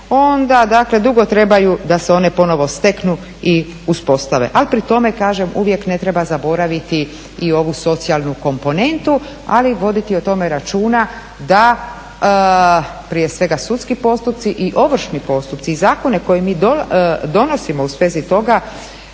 dakle dugo trebaju da se one ponovo steknu i uspostave. Ali pri tome kažem uvijek ne treba zaboraviti i ovu socijalnu komponentu, ali i voditi o tome računa da prije svega sudski postupci i ovršni postupci i zakone koje mi donosimo u svezi toga